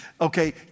Okay